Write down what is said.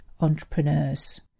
entrepreneurs